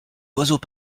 oiseaux